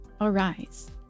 arise